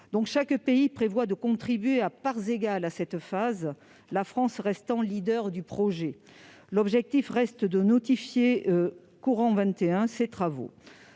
Chaque pays prévoit de contribuer à parts égales à cette phase, la France restant meneuse du projet. L'objectif reste bien de notifier, dans le courant de 2021, ces travaux